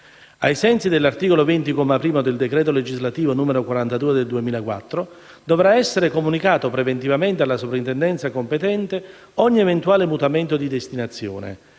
Ai sensi dell'articolo 20, comma 1, del decreto legislativo n. 42 del 2004 dovrà essere comunicato preventivamente alla Soprintendenza competente ogni eventuale mutamento di destinazione,